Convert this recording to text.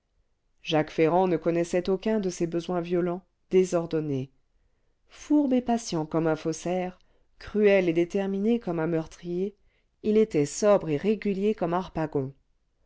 jacques ferrand ne connaissait aucun de ces besoins violents désordonnés fourbe et patient comme un faussaire cruel et déterminé comme un meurtrier il était sobre et régulier comme harpagon